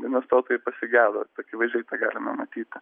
investuotojai pasigedo akivaizdžiai tą galima matyti